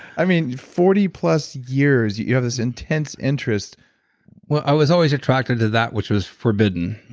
i mean, forty plus years you have this intense interest well, i was always attracted to that which was forbidden,